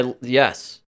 Yes